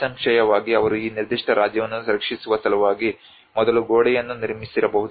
ನಿಸ್ಸಂಶಯವಾಗಿ ಅವರು ಈ ನಿರ್ದಿಷ್ಟ ರಾಜ್ಯವನ್ನು ರಕ್ಷಿಸುವ ಸಲುವಾಗಿ ಮೊದಲು ಗೋಡೆಯನ್ನು ನಿರ್ಮಿಸಿರಬಹುದು